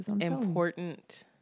Important